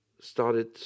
started